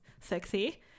Sexy